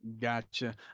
Gotcha